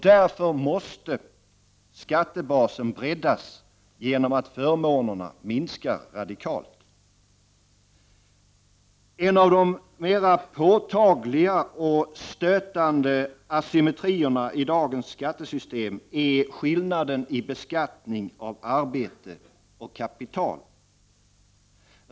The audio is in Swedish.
Därför måste skattebasen breddas genom att förmånerna minskar radikalt. En av de mera påtagliga och stötande asymmetrierna i dagens skattesystem är skillnaden i beskattning av arbete och kapital.